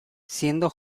siendo